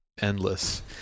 endless